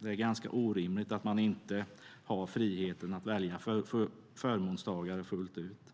Det är orimligt att man inte har friheten att välja förmånstagare fullt ut.